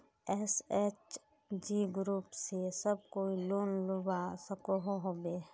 SHG group से सब कोई लोन लुबा सकोहो होबे?